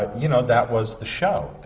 ah you know, that was the show.